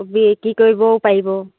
বিক্ৰী কৰিবও পাৰিব